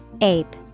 Ape